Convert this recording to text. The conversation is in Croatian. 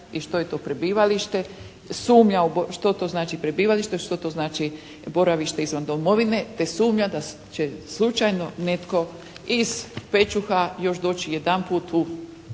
i što je to prebivalište. Sumnja što to znači prebivalište, što to znači boravište izvan domovine te sumnja da će slučajno netko iz Pećuha još doći jedanput u